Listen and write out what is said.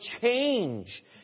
change